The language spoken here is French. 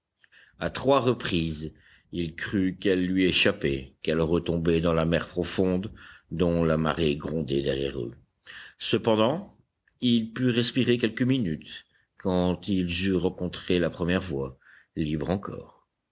a trois reprises il crut qu'elle lui échappait qu'elle retombait dans la mer profonde dont la marée grondait derrière eux cependant ils purent respirer quelques minutes quand ils eurent rencontré la première voie libre encore